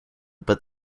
but